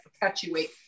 perpetuate